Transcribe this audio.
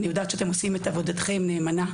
ואני יודעת שאתם עושים את עבודתכם נאמנה.